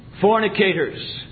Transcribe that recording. Fornicators